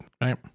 right